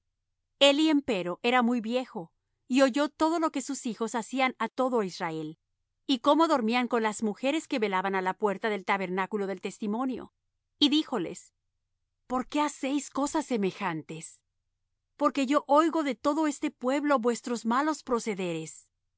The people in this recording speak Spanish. eli empero era muy viejo y oyó todo lo que sus hijos hacían á todo israel y como dormían con las mujeres que velaban á la puerta del tabernáculo del testimonio y díjoles por qué hacéis cosas semejantes porque yo oigo de todo este pueblo vuestros malos procederes